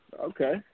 Okay